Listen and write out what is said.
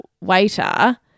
waiter